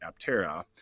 Aptera